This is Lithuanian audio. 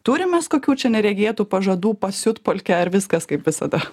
turim mes kokių čia neregėtų pažadų pasiutpolkę ar viskas kaip visada